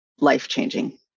life-changing